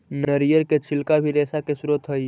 नरियर के छिलका भी रेशा के स्रोत हई